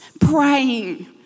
praying